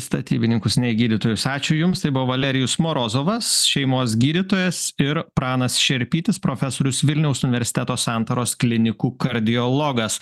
statybininkus ne į gydytojus ačiū jums tai buvo valerijus morozovas šeimos gydytojas ir pranas šerpytis profesorius vilniaus universiteto santaros klinikų kardiologas